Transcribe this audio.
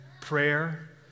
prayer